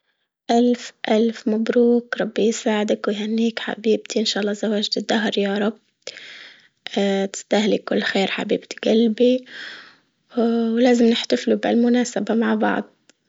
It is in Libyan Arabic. ألف ألف مبروك ربي يسعدك ويهنيك حبيبتي إن شاء الله زواج الدهر يا رب، اه تستاهلي كل خير حبيبة قلبي ولازم نحتفلوا بهالمناسبة مع بعض.